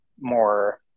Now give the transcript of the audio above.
more